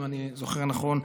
אם אני זוכר נכון,